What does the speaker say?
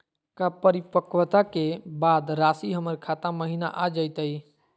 का परिपक्वता के बाद रासी हमर खाता महिना आ जइतई?